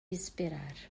esperar